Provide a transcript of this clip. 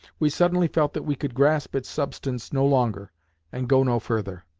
we suddenly felt that we could grasp its substance no longer and go no further!